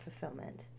fulfillment